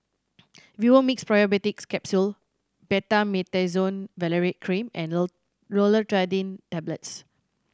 Vivomixx Probiotics Capsule Betamethasone Valerate Cream and Loratadine Tablets